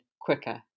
quicker